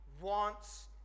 wants